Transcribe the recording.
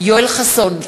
יואל חסון,